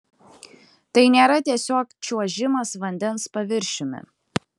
tai nėra tiesiog čiuožimas vandens paviršiumi